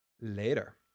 Later